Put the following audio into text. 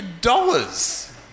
dollars